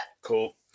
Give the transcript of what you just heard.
Cool